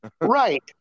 Right